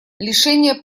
лишение